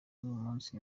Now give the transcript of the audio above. munsi